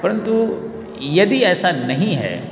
परंतु यदि ऐसा नहीं है